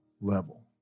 level